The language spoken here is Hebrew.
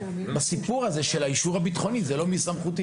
אבל נושא האישור הביטחוני הוא לא מסמכותי.